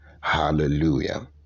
hallelujah